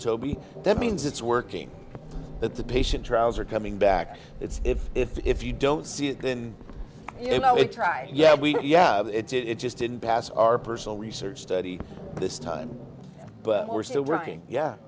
toby that means it's working that the patient trials are coming back it's if if if you don't see it then you know we try yeah we yeah it just didn't pass our personal research study this time but we're still working yeah